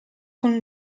con